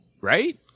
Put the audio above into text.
right